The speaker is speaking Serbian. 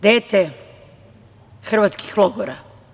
Dete hrvatskih logora.